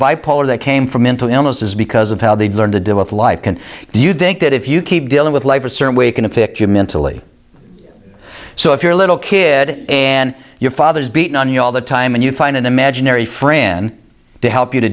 bipolar they came from mental illnesses because of how they learned to deal with life can do you think that if you keep dealing with life a certain way can pick you mentally so if you're a little kid and your father's beat on you all the time and you find an imaginary friend to help you